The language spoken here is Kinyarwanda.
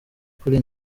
kuri